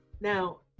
Now